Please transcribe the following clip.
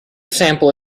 sample